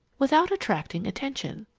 without attracting attention.